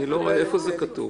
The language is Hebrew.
איפה כתוב?